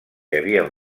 havien